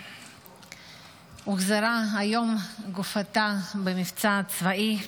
והוחזרה היום גופתה במבצע צבאי.